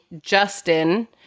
justin